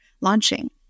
launching